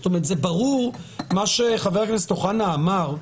זה ברור מה שחבר הכנסת אוחנה אמר,